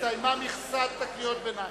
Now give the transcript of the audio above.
הסתיימה מכסת קריאות הביניים.